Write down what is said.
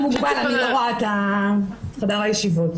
לא ירדו מעבירת ניסיון לרצח.